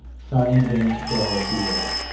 signed him to go if he would.